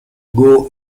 hugo